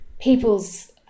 people's